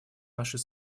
нашей